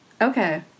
okay